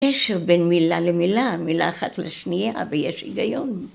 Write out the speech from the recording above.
‫קשר בין מילה למילה, ‫מילה אחת לשנייה, ויש היגיון.